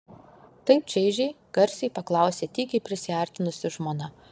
taip čaižiai garsiai paklausė tykiai prisiartinusi žmona